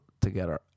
Together